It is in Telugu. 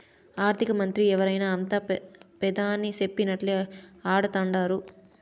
ఆర్థికమంత్రి ఎవరైనా అంతా పెదాని సెప్పినట్లా ఆడతండారు